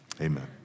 amen